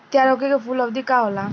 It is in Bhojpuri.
तैयार होखे के कूल अवधि का होला?